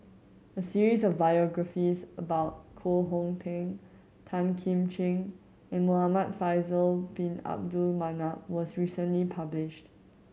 a series of biographies about Koh Hong Teng Tan Kim Ching and Muhamad Faisal Bin Abdul Manap was recently published